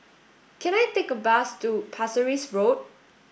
can I take a bus to Pasir Ris Road